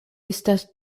estas